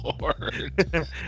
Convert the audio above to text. lord